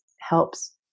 helps